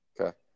Okay